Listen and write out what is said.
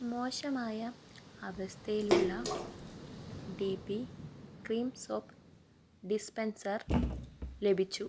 മോശമായ അവസ്ഥയിലുള്ള D P cream soap dispenser ലഭിച്ചു